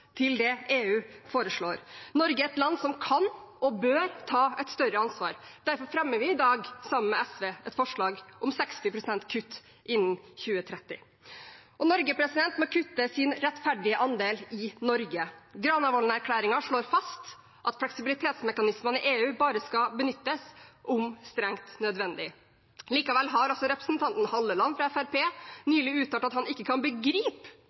til det EU foreslår. Norge er et land som kan og bør ta et større ansvar. Derfor fremmer vi i dag, sammen med SV, et forslag om 60 pst. kutt innen 2030. Norge må kutte sin rettferdige andel i Norge. Granavolden-plattformen slår fast at fleksibilitetsmekanismene i EU bare skal benyttes om strengt nødvendig. Likevel har altså representanten Halleland fra Fremskrittspartiet nylig uttalt at han ikke kan begripe